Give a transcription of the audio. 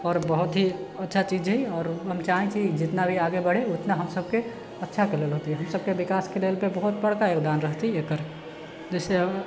आओर बहुत ही अच्छा चीज हइ आओर हम चाहैत छी जितना भी आगे बढ़े ओतना हमसबके अच्छाके लेल होतै हमसबके विकासके लेल बहुत बड़का योगदान रहतै एकर जैसे